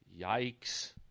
Yikes